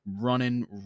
running